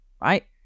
right